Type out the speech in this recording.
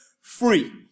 free